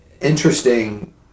interesting